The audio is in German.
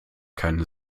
keine